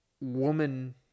woman